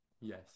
Yes